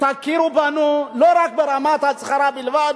תכירו בנו לא ברמת הצהרה בלבד,